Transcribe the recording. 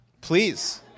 Please